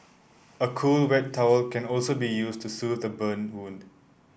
a cool wet towel can also be used to soothe burn wound